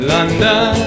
London